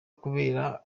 kubera